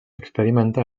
experimentar